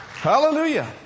Hallelujah